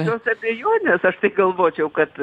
abejonės aš tai galvočiau kad